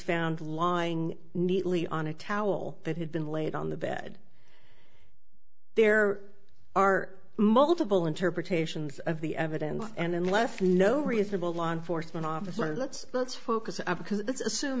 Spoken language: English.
found lying neatly on a towel that had been laid on the bed there are multiple interpretations of the evidence and unless no reasonable law enforcement officer let's let's focus